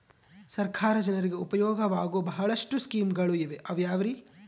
ಸರ್ಕಾರ ಜನರಿಗೆ ಉಪಯೋಗವಾಗೋ ಬಹಳಷ್ಟು ಸ್ಕೇಮುಗಳಿವೆ ಅವು ಯಾವ್ಯಾವ್ರಿ?